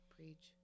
Preach